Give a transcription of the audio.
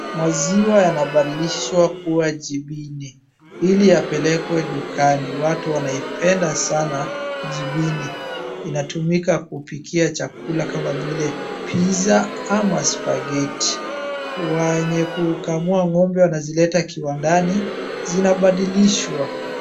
Maziwa yanabadilishwa kuwa jibini, ili yapelekwe dukani, watu wanapenda sana jibini. Inatumika kupikia chakula kama vile pizza ama spaghetti . Wenye kukamua ng'ombe wanazileta kiwandani zinabadilishwa.